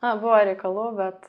na buvo reikalų bet